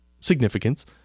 significance